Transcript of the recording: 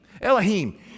elohim